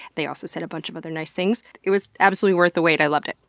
they also said a bunch of other nice things, it was absolutely worth the wait. i loved it.